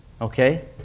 Okay